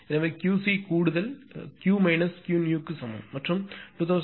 எனவே QC கூடுதல் Q Qnew க்கு சமம் மற்றும் 2556